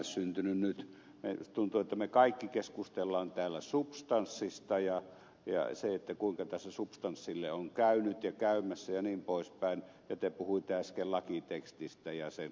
minusta tuntuu että me kaikki keskustelemme täällä substanssista ja siitä kuinka tässä substanssille on käynyt ja käymässä jnp ja te puhuitte äsken lakitekstistä ja sen kelvollisuudesta jnp